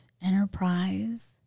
Enterprise